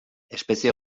espezie